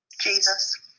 Jesus